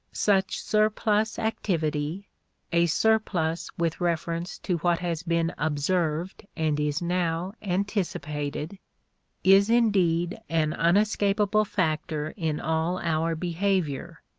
such surplus activity a surplus with reference to what has been observed and is now anticipated is indeed an unescapable factor in all our behavior,